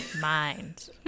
mind